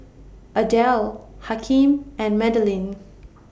Adelle Hakeem and Madalyn